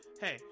hey